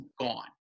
gone